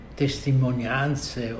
testimonianze